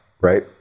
right